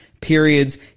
periods